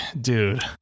dude